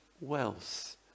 wealth